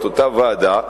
את אותה ועדה,